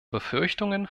befürchtungen